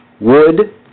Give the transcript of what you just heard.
wood